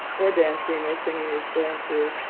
or dancing or singing is going to,